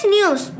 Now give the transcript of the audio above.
News